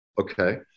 Okay